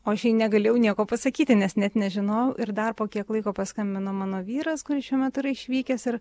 o aš jai negalėjau nieko pasakyti nes net nežinojau ir dar po kiek laiko paskambino mano vyras kuris šiuo metu yra išvykęs ir